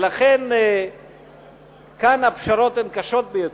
ולכן כאן הפשרות הן קשות ביותר,